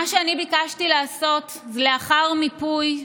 קריטריונים, מה שאני ביקשתי לעשות, לאחר מיפוי,